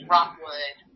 Rockwood